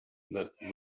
that